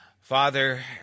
Father